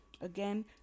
Again